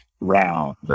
round